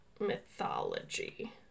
mythology